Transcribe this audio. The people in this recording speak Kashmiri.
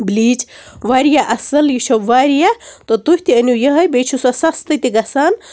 بِلیٖچ واریاہ اصٕل یہِ چھِ واریاہ تہٕ تُہۍ تہِ أنیوٗ یِہٕے بیٚیہِ چھِ سۄ سَستہٕ تہِ گژھان